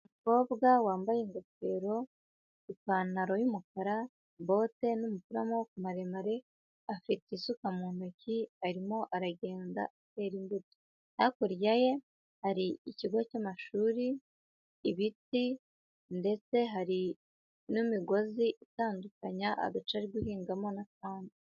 Umukobwa wambaye ingofero, ipantaro y'umukara, bote n'umupira w'amaboko maremare, afite isuka mu ntoki, arimo aragenda atera imbuto, hakurya ye hari ikigo cy'amashuri, ibiti ndetse hari n'imigozi itandukanya agace ari guhingamo n'akandi.